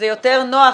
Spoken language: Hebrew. זאת אומרת,